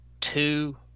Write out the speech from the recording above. Two